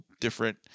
different